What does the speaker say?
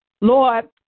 Lord